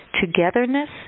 Togetherness